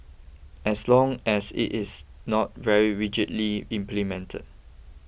as long as it is not very rigidly implemented